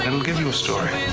and will give you a story.